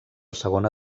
segona